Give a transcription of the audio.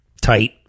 Tight